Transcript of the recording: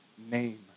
name